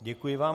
Děkuji vám.